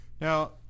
Now